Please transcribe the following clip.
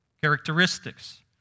characteristics